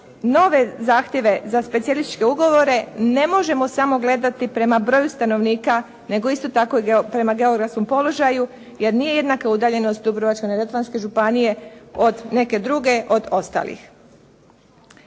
nove zahtjeve za specijalističke ugovore ne možemo samo gledati prema broju stanovnika nego isto tako i prema geografskom položaju jer nije jednaka udaljenost Dubrovačko-Neretvanske županije od neke druge, od ostalih.